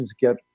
get